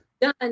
done